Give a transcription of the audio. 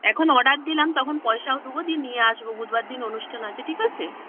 এখন অর্ডার দিলাম তখন পয়সাও দেবো দিয়ে নিয়ে আসব বুধবার দিন অনুষ্ঠান আছে ঠিক আছে